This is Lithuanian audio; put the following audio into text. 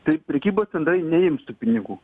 tai prekybos centrai neims tų pinigų